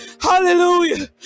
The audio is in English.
Hallelujah